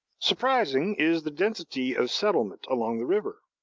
surprising is the density of settlement along the river.